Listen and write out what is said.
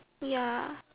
ya